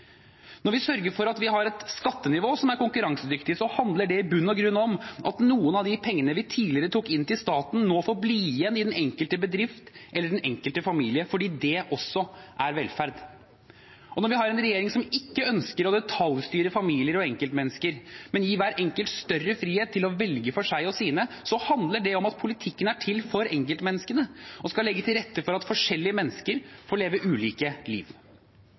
Når vi sørger for at vi har et skattenivå som er konkurransedyktig, handler det i bunn og grunn om at noen av de pengene vi tidligere tok inn til staten, nå får bli igjen i den enkelte bedrift eller i den enkelte familie, fordi det også er velferd. Og når vi har en regjering som ikke ønsker å detaljstyre familier og enkeltmennesker, men gi hver enkelt større frihet til å velge for seg og sine, handler det om at politikken er til for enkeltmenneskene og skal legge til rette for at forskjellige mennesker får leve ulike liv.